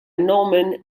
norman